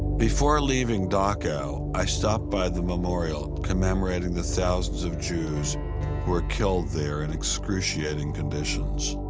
before leaving dachau, i stopped by the memorial commemorating the thousands of jews who were killed there in excruciating conditions.